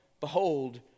behold